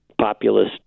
populist